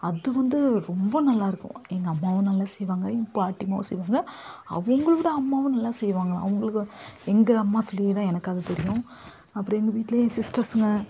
அது வந்து ரொம்ப நல்லாயிருக்கும் எங்கள் அம்மாவும் நல்லா செய்வாங்க எங்க பாட்டியம்மாவும் செய்வாங்க அவர்களோட அம்மாவும் நல்லா செய்வாங்களாம் அவங்களுக்கு எங்கள் அம்மா சொல்லி தான் எனக்கு அது தெரியும் அப்புறம் எங்கள் வீட்டில் என் சிஸ்டஸ்ர்ங்க